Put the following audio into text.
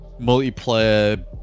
multiplayer